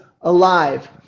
alive